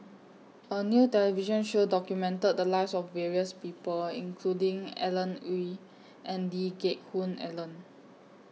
A New television Show documented The Lives of various People including Alan Oei and Lee Geck Hoon Ellen